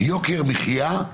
יוקר מחיה.